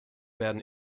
werden